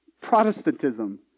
Protestantism